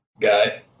guy